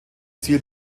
ziel